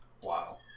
Wow